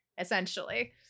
essentially